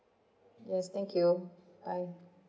yes thank you bye